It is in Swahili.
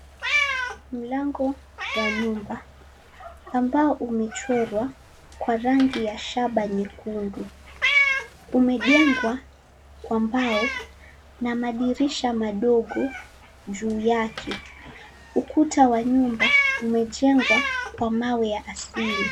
Mlango wa nyumba, ambao umechorwa kwa rangi ya shaba nyekundu, umejengwa kwa mbao na madirisha madogo juu yake. Ukuta wa nyumba umejengwa kwa mawe ya asili.